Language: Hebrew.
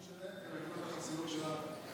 שלהם ואת חוק החסינות שלנו.